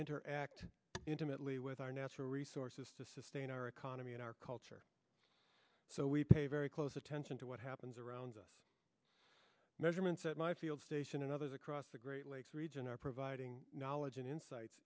interact intimately with our natural resources to sustain our economy and our culture so we pay very close attention to what happens around us measurements at my field station and others across the great lakes region are providing knowledge and insights